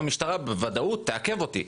המשטרה בוודאות תעכב אותי.